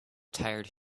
tired